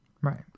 Right